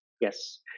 yes